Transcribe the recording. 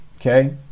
Okay